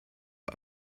uhr